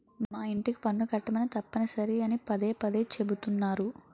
మా యింటికి పన్ను కట్టమని తప్పనిసరి అని పదే పదే చెబుతున్నారు